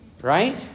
right